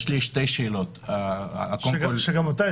שגם אותה,